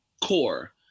core